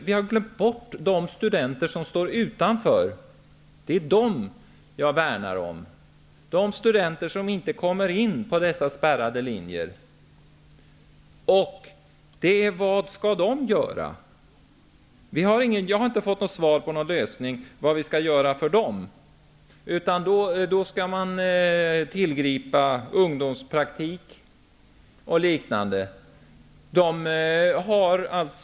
Vi har glömt bort de studenter som inte kommer in på dessa spärrade linjer -- det är dem som jag värnar om. Vad skall de göra? Jag har inte fått något besked om en lösning för dem. Det sägs att ungdomspraktik och liknande skall tillgripas.